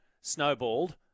snowballed